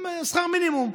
שכר מינימום,